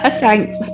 thanks